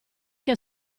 che